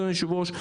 אדוני היושב-ראש,